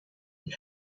est